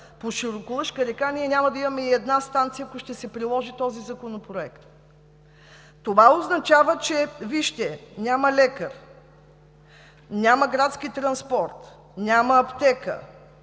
по Широколъшка река ние няма да имаме и една станция, ако ще се приложи този законопроект. Това означава, че няма лекар, няма градски транспорт, няма аптека.